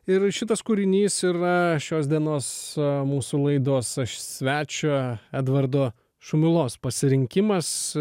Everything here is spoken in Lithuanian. ir šitas kūrinys yra šios dienos mūsų laidos svečio edvardo šumilos pasirinkimas